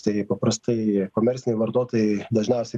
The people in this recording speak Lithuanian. tai paprastai komerciniai vartotojai dažniausiai